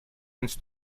ins